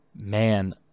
Man